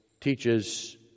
teaches